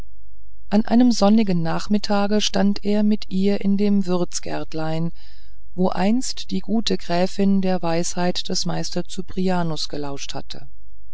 an einem sonnigen nachmittage stand er mit ihr in dem würzgärtlein wo einst die gute gräfin der weisheit des meisters cyprianus gelauscht hatte